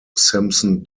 simpson